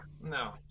no